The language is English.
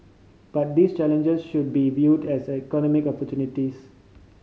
but these challenges should be viewed as economic opportunities